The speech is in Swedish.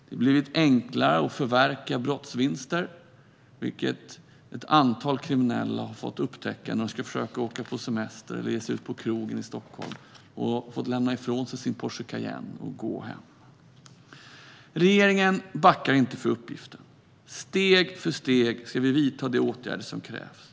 Det har blivit enklare att förverka brottsvinster, vilket ett antal kriminella fått upptäcka när de har försökt åka på semester eller ge sig ut på krogen i Stockholm och då fått lämna ifrån sig sin Porsche Cayenne och gå hem. Regeringen backar inte för uppgiften. Steg för steg ska vi vidta de åtgärder som krävs.